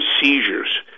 seizures